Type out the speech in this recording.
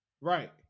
Right